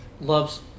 loves